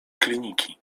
kliniki